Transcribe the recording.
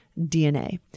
DNA